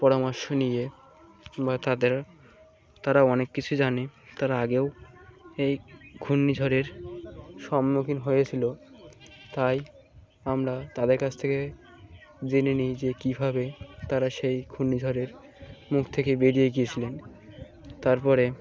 পরামর্শ নিয়ে বা তাদের তারা অনেক কিছু জানে তারা আগেও এই ঘূর্ণিঝড়ের সম্মুখীন হয়েছিল তাই আমরা তাদের কাছ থেকে জেনে নিই যে কীভাবে তারা সেই ঘূর্ণিঝড়ের মুখ থেকে বেরিয়ে গিয়েছিলেন তার পরে